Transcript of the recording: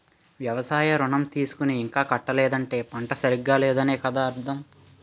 వ్యవసాయ ఋణం తీసుకుని ఇంకా కట్టలేదంటే పంట సరిగా లేదనే కదా అర్థం